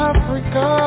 Africa